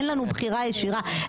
אין לנו בחירה ישירה,